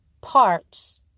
parts